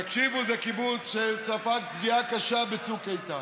תקשיבו, זה קיבוץ שספג פגיעה קשה בצוק איתן.